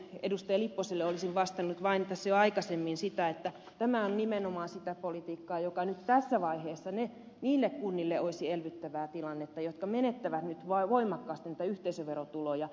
lipposelle olisin vain jo aikaisemmin vastannut että tämä on nimenomaan sitä politiikkaa joka nyt tässä vaiheessa olisi elvyttävä tilanne niille kunnille jotka menettävät voimakkaasti yhteisöverotuloja